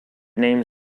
name